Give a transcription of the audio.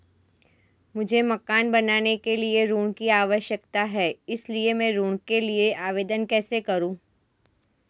मुझे मकान बनाने के लिए ऋण की आवश्यकता है इसलिए मैं ऋण के लिए आवेदन कैसे करूं?